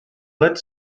led